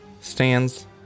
stands